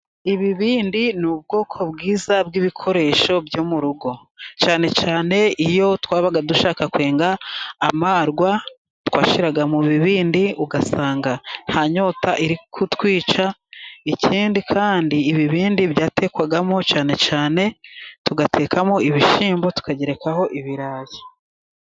Ibibindi ni ubwoko bwiza bw'ibikoresho byo mu rugo. Cyane cyane iyo twabaga dushaka kwenga amarwa, twashyiraga mu bibindi, ugasanga nta nyota iri kutwica, ikindi kandi ibibindi byatekwagamo cyane cyane, tugatekamo ibishyimbo tukagerekaho ibirayi.